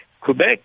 Quebec